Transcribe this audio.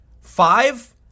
Five